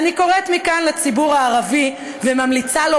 אני קוראת מכאן לציבור הערבי וממליצה לו